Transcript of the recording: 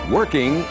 Working